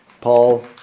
Paul